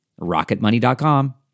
rocketmoney.com